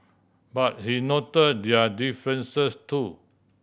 but he note their differences too